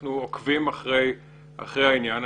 אנחנו עוקבים אחרי העניין.